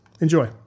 Enjoy